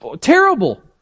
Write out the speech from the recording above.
terrible